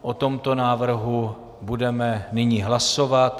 O tomto návrhu budeme nyní hlasovat.